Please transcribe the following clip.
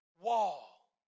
wall